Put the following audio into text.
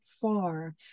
far